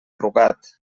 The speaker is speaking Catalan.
rugat